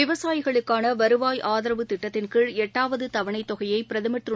விவசாயிகளுக்கானவருவாய் ஆதரவு திட்டத்தின்கீழ் எட்டாவதுதவணைத் தொகையை பிரதமா் திரு